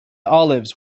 olives